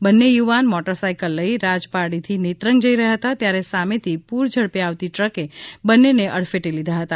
બંન્ને યુવાન મોટરસાઇકલ લઇ રાજપારડીથી નેત્રંગ જઇ રહ્યાં હતા ત્યારે સામેથી પુર ઝડપે આવતી ટ્રકે બંન્નેને અડફેટે લીધા હતા